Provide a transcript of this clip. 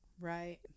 Right